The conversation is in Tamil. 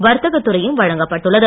வர்த்தகத்துறையும் வழங்கப்பட்டுள்ளது